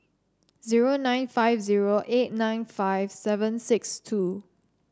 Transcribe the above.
zero nine zero five eight nine five seven six two